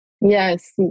Yes